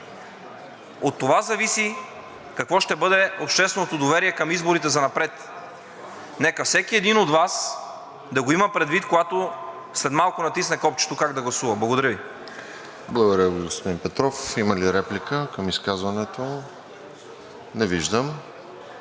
от това зависи какво ще бъде общественото доверие към изборите занапред. Нека всеки един от Вас да го има предвид, когато след малко натисне копчето как да гласува. Благодаря Ви. ПРЕДСЕДАТЕЛ РОСЕН ЖЕЛЯЗКОВ: Благодаря Ви, господин Петров. Има ли реплика към изказването? Не виждам.